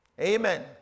Amen